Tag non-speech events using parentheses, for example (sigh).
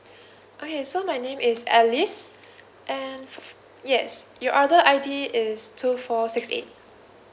(breath) okay so my name is alice and f~ yes your order I_D is two four six eight